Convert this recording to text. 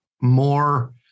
more